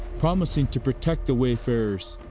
promising to protect the wayfarers.